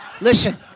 Listen